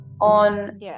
on